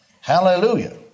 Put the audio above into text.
hallelujah